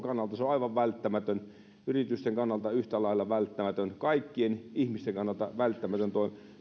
se on aivan välttämätön yritysten kannalta yhtä lailla välttämätön kaikkien ihmisten kannalta välttämätön